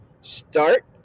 Start